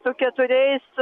su keturiais